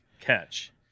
catch